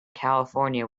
california